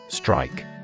Strike